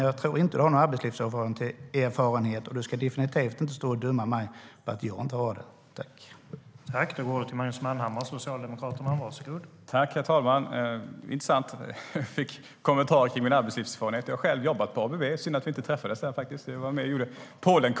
Jag tror inte att du har någon arbetslivserfarenhet, och du ska definitivt inte stå och döma mig för att jag inte skulle ha det.